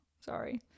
sorry